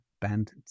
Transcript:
band